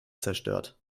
zerstört